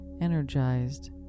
energized